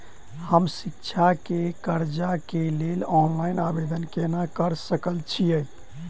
हम शिक्षा केँ कर्जा केँ लेल ऑनलाइन आवेदन केना करऽ सकल छीयै?